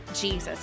Jesus